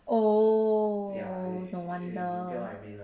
oh no wonder